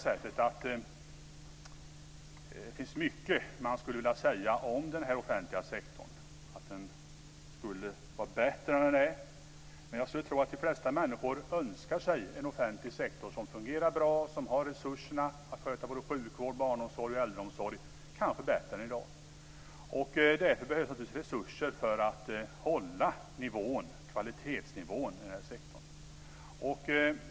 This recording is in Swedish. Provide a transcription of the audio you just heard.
Det finns naturligtvis mycket att säga om att den offentliga sektorn skulle kunna vara bättre än den är. Men jag skulle tro att de flesta människor önskar sig en offentlig sektor som fungerar bra och som har resurser att sköta sjukvård, barnomsorg och äldreomsorg - kanske bättre än i dag. Därför behövs naturligtvis resurser för att hålla kvalitetsnivån i den här sektorn.